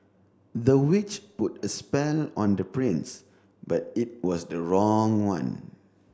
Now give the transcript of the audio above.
the witch put a spell on the prince but it was the wrong one